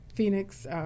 Phoenix